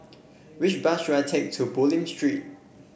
which bus should I take to Bulim Street